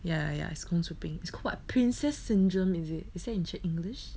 ya ya ya is 公主病 is called what princess syndrome is it is that in english